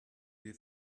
you